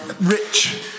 rich